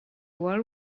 world